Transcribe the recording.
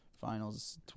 finals